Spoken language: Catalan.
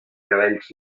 cabells